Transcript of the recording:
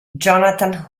jonathan